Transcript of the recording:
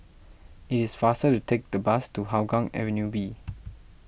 it is faster to take the bus to Hougang Avenue B